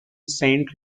saint